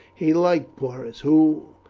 he liked porus, who,